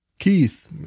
Keith